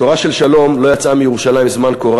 תורה של שלום לא יצאה מירושלים זמן כה